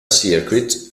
circuit